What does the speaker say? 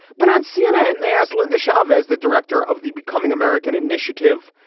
but on cnn, they ask linda chavez, the director of the becoming american initiative.